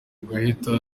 guhita